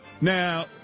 Now